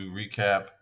recap